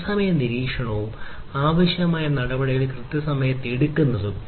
തത്സമയ നിരീക്ഷണവും ആവശ്യമായ നടപടികൾ കൃത്യസമയത്ത് എടുക്കുന്നതും